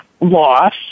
loss